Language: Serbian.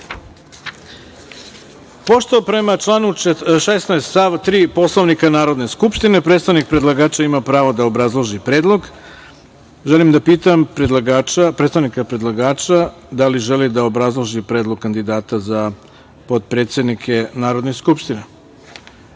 prema članu 16. stav 3. Poslovnika Narodne skupštine, predstavnik predlagača ima pravo da obrazloži predlog, želim da pitam predstavnika predlagača da li želi da obrazloži predlog kandidata potpredsednika Narodne skupštine?